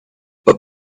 but